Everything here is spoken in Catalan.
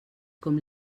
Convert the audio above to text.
com